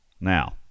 now